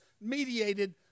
mediated